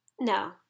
No